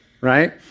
right